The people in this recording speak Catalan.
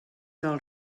del